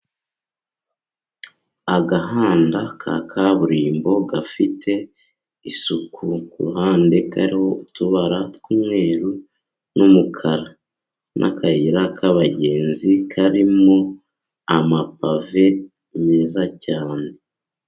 Agahanda ka kaburimbo, gafite isuku, ku ruhande kariho utubara tw'umweruru n'umukara, n'akayira k'abagenzi karimo amapave meza cyane.